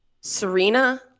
serena